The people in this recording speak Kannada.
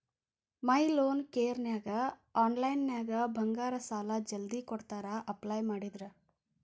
ಮೈ ಲೋನ್ ಕೇರನ್ಯಾಗ ಆನ್ಲೈನ್ನ್ಯಾಗ ಬಂಗಾರ ಸಾಲಾ ಜಲ್ದಿ ಕೊಡ್ತಾರಾ ಅಪ್ಲೈ ಮಾಡಿದ್ರ